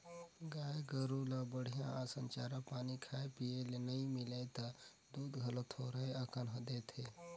गाय गोरु ल बड़िहा असन चारा पानी खाए पिए ले नइ मिलय त दूद घलो थोरहें अकन देथे